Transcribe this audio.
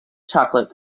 chocolate